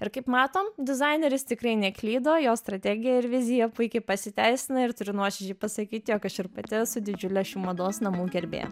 ir kaip matom dizaineris tikrai neklydo jo strategija ir vizija puikiai pasiteisina ir turiu nuoširdžiai pasakyti jog aš ir pati su didžiulė šių mados namų gerbėja